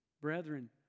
brethren